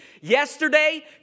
yesterday